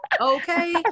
okay